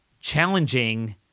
challenging